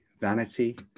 vanity